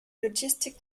logistic